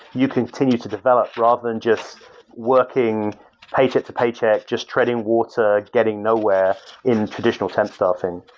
you continue to develop rather than just working paycheck to paycheck, just treading water, getting nowhere in traditional temp staffing.